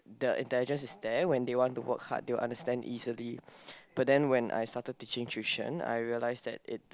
the intelligence is there when they want to work hard they will understand easily but then when I started teaching tuition I realized that it